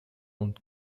und